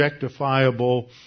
objectifiable